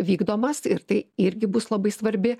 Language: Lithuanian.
vykdomas ir tai irgi bus labai svarbi